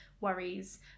worries